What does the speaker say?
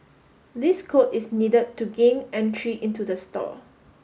this code is needed to gain entry into the store